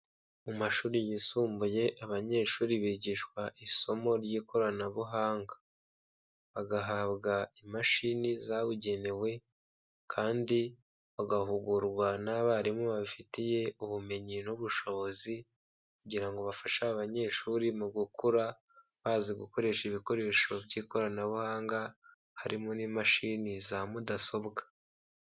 Mu mashuri yisumbuye abanyeshuri bigishwa isomo ry'ikoranabuhanga, bagahabwa imashini zabugenewe kandi bagahugurwa n'abarimu babifitiye ubumenyi n'ubushobozi kugira ngo bafashe abanyeshuri mu gukura bazi gukoresha ibikoresho by'ikoranabuhanga harimo n'imashini za mudasobwa.